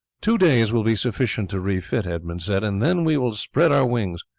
two days will be sufficient to refit, edmund said, and then we will spread our wings.